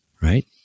right